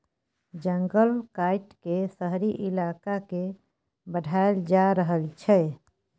जंगल काइट के शहरी इलाका के बढ़ाएल जा रहल छइ